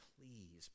please